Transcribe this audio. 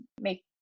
make